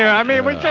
i mean, but yeah